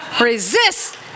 Resist